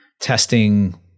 testing